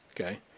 okay